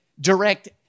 direct